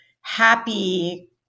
happy